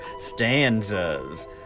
stanzas